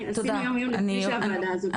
עשינו יום עיון לפני שהוועדה הזאת ---.